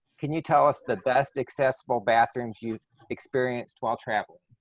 can you tell us the best accessible bathrooms you've experienced while traveling?